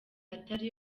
atari